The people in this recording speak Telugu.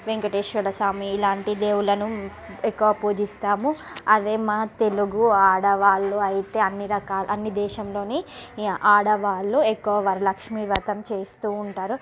వెంకటేశ్వరస్వామి ఇలాంటి దేవుళ్ళను ఎక్కువ పూజిస్తాము అదే మా తెలుగు ఆడవాళ్ళు అయితే అన్ని రకాల అన్ని దేశంలోని ఆడవాళ్ళు ఎక్కువ వరలక్ష్మి వ్రతం చేస్తూ ఉంటారు